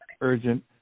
Urgent